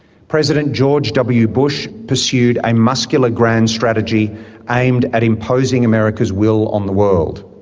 president george w. bush pursued a muscular grand strategy aimed at imposing america's will on the world.